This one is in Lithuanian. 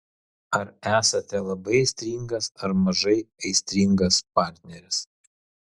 ar esate labai aistringas ar mažai aistringas partneris